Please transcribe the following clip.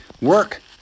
Work